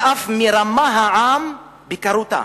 היא אף מרמה העם בקרותה,